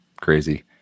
crazy